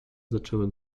zaczęły